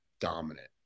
dominant